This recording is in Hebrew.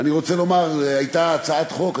אני רוצה לומר שהייתה הצעת חוק,